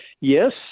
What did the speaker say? yes